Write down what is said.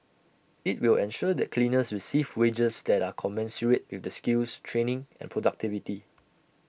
IT will ensure that cleaners receive wages that are commensurate with their skills training and productivity